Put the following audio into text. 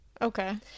Okay